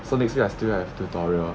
so next week I still have tutorial